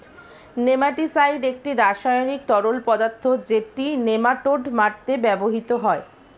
nematicide একটি রাসায়নিক তরল পদার্থ যেটি নেমাটোড মারতে ব্যবহৃত হয়